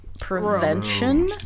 Prevention